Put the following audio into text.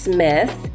Smith